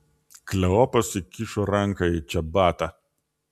kleopas įkišo ranką į čebatą